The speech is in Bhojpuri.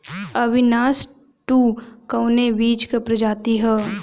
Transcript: अविनाश टू कवने बीज क प्रजाति ह?